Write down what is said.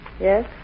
Yes